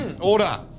order